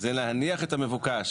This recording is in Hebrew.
זה להניח את המבוקש.